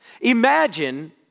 Imagine